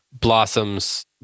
blossoms